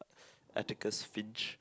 Atticus-Finch